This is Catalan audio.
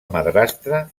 madrastra